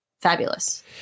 fabulous